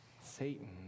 Satan